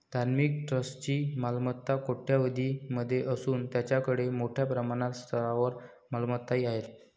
धार्मिक ट्रस्टची मालमत्ता कोट्यवधीं मध्ये असून त्यांच्याकडे मोठ्या प्रमाणात स्थावर मालमत्ताही आहेत